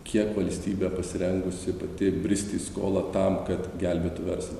kiek valstybė pasirengusi pati bristi į skolą tam kad gelbėtų verslą